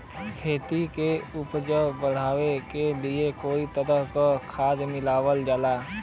खेती क उपज बढ़ावे क लिए कई तरह क खाद मिलावल जाला